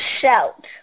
shout